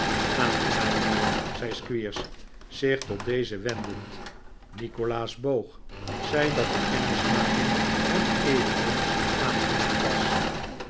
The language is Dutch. aarigenaam mijnheer zei squeers zich tot dezen wendend nikolaas boog zei dat de kennismaking hem eveneens aangenaam was